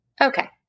Okay